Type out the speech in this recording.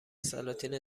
سلاطین